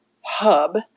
hub